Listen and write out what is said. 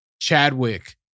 Chadwick